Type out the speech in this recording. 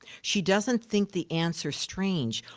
she doesn't think the answers strange.